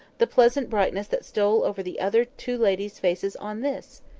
the pleasant brightness that stole over the other two ladies' faces on this!